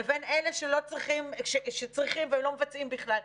לבין אלה שצריכים ולא מבצעים בכלל.